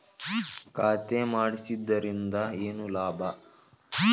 ಖಾತೆ ಮಾಡಿಸಿದ್ದರಿಂದ ಏನು ಲಾಭ?